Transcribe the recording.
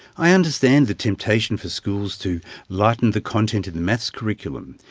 i understand the temptation for schools to lighten the content in the maths curriculum,